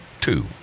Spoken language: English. Two